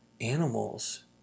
animals